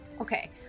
Okay